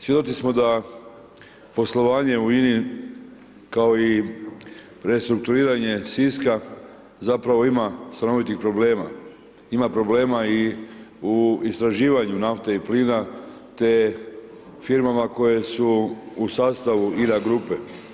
Svjedoci smo da poslovanje u INI kao i restrukturiranje Siska zapravo ima stanovitih problema, ima problema i u istraživanju nafte i plina te firmama koje su u sastavu INA grupe.